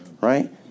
right